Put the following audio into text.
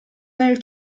nel